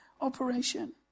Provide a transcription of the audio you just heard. operation